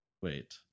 wait